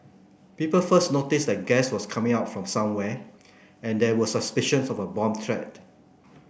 people first noticed that gas was coming out from somewhere and there were suspicions of a bomb threat